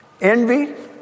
Envy